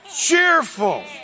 Cheerful